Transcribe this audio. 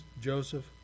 Joseph